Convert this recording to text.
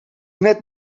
net